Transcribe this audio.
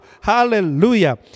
Hallelujah